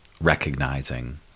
recognizing